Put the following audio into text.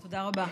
תודה רבה.